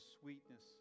sweetness